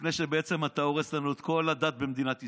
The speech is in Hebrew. לפני שאתה הורס לנו את כל הדת במדינת ישראל.